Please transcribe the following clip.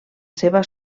seva